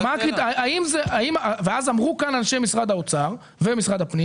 אז אמרו כאן אנשי משרד האוצר ומשרד הפנים